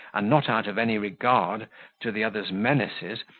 and not out of any regard to the other's menaces,